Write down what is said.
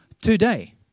today